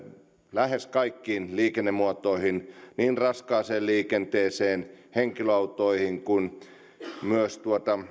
lähes kaikkiin liikennemuotoihin niin raskaaseen liikenteeseen henkilöautoihin kuin myös